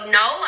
no